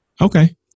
Okay